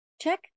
check